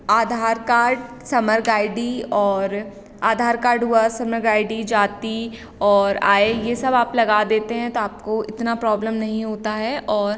Aadhaar card Samagra I D और Aadhaar card हुआ Samagra I D जाति और आय ये सब आप लगा देते हैं तो आपको इतना प्रॉब्लम नहीं होता है और